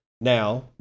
Now